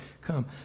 come